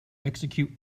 execute